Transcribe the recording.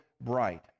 bright